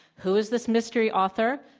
who is this mystery author?